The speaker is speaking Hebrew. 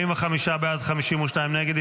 45 בעד, 52 נגד.